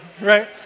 right